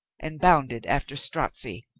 and bounded after strozzi.